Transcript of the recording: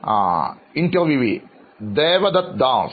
അഭിമുഖം സ്വീകരിക്കുന്നയാൾ ദേവദത്ത് ദാസ്